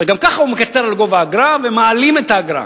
וגם כך הוא מקטר על גובה האגרה, ומעלים את האגרה.